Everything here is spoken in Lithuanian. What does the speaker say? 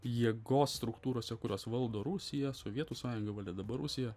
jėgos struktūrose kurios valdo rusiją sovietų sąjunga valdė dabar rusija